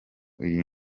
iyi